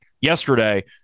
yesterday